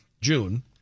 June